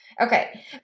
Okay